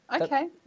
Okay